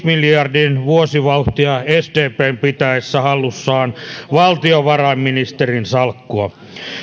miljardin vuosivauhtia sdpn pitäessä hallussaan valtiovarainministerin salkkua